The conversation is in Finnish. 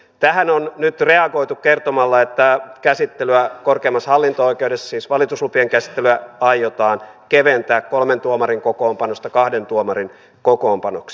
tähän on nyt reagoitu kertomalla että valituslupien käsittelyä korkeimmassa hallinto oikeudessa aiotaan keventää kolmen tuomarin kokoonpanosta kahden tuomarin kokoonpanoksi